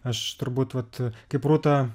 aš turbūt vat kaip rūta